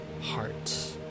heart